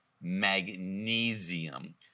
magnesium